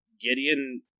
Gideon